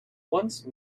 once